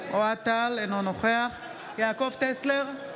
אינו נוכח יעקב טסלר,